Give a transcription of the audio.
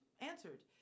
answered